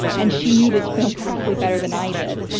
and she knew this film practically better than i did.